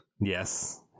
Yes